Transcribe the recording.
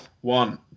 One